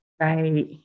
right